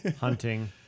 Hunting